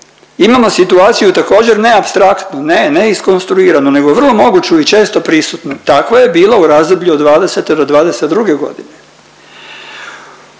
imamo situaciju također ne apstraktnu, ne iskonstruiranu nego vrlo moguću i često prisutnu, tako je bilo u razdoblju od '20. do '22.g..